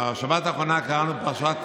בשבת האחרונה קראנו את פרשת